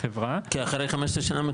כי אחרי 15 שנה,